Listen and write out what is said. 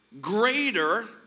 greater